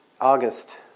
August